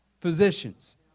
physicians